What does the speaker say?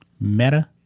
Meta